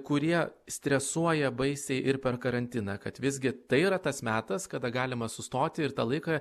kurie stresuoja baisiai ir per karantiną kad visgi tai yra tas metas kada galima sustoti ir tą laiką